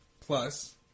plus